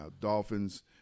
Dolphins